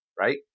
right